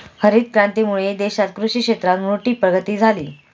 हरीत क्रांतीमुळे देशात कृषि क्षेत्रात मोठी प्रगती झाली